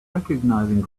recognizing